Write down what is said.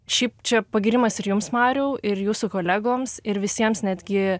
šiaip čia pagyrimas ir jums mariau ir jūsų kolegoms ir visiems netgi